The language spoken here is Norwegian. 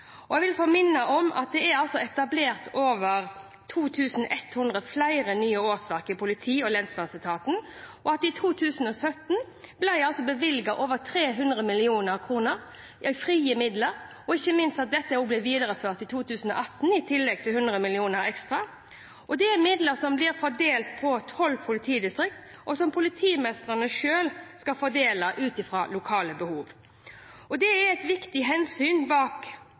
Jeg vil få minne om at det er etablert over 2 100 flere nye årsverk i politi- og lensmannsetaten, og at i 2017 ble det bevilget over 300 mill. kr i frie midler, og ikke minst at dette ble videreført i 2018, i tillegg til 100 mill. kr ekstra. Det er midler som blir fordelt på tolv politidistrikt, og som politimestrene selv skal fordele ut fra lokale behov. Et viktig hensyn bak